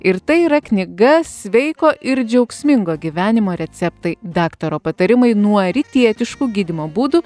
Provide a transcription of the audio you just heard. ir tai yra knyga sveiko ir džiaugsmingo gyvenimo receptai daktaro patarimai nuo rytietiškų gydymo būdų